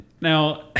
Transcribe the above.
now